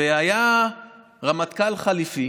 והיה רמטכ"ל חליפי